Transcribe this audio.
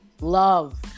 love